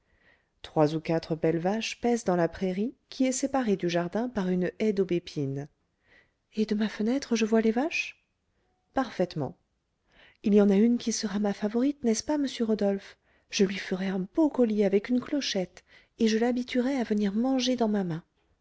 trois ou quatre belles vaches paissent dans la prairie qui est séparée du jardin par une haie d'aubépine et de ma fenêtre je vois les vaches parfaitement il y en a une qui sera ma favorite n'est-ce pas monsieur rodolphe je lui ferai un beau collier avec une clochette et je l'habituerai à venir manger dans ma main